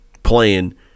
playing